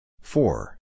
Four